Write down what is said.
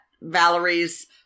Valerie's